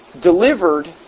delivered